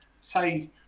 say